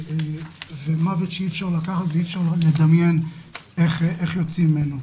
מוות שאי-אפשר לדמיין איך יוצאים ממנו.